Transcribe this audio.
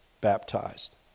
baptized